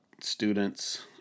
students